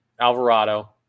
alvarado